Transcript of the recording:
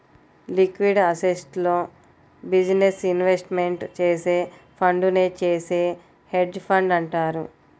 liquid అసెట్స్లో business investment చేసే ఫండునే చేసే హెడ్జ్ ఫండ్ అంటారు